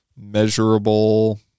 measurable